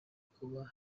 kuba